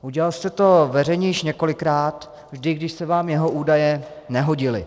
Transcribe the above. Udělal jste to veřejně již několikrát, vždy když se vám jeho údaje nehodily.